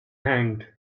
hanged